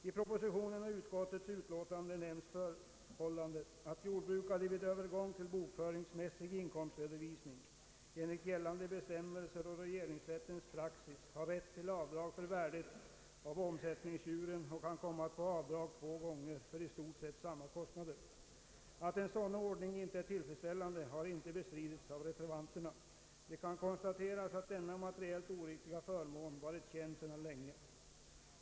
I propositionen och i utskottets utlåtande nämns förhållandet, att jordbrukare vid övergång till bokföringsmässig inkomstredovisning enligt gällande bestämmelser och = regeringsrättens praxis har rätt till avdrag för värdet av omsättningsdjuren och kan komma att få avdrag två gånger för i stort sett samma kostnader. Att en sådan ordning inte är tillfredsställande har icke bestridits av reservanterna. Det kan konstateras att denna materiellt oriktiga förmån varit känd sedan länge.